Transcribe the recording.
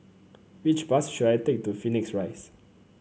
which bus should I take to Phoenix Rise